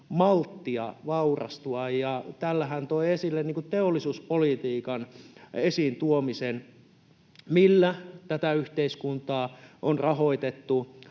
malttia vaurastua. Tällä hän toi esille teollisuuspolitiikan, millä tätä yhteiskuntaa on rahoitettu